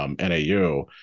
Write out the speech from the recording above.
NAU